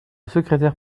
secrétaire